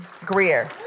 Greer